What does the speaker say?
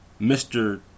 Mr